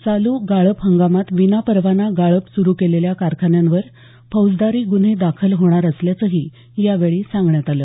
चालू गाळप हंगामात विनापरवाना गाळप सुरू केलेल्या कारखान्यांवर फौजदारी गुन्हे दाखल होणार असल्याचंही या वेळी सांगण्यात आलं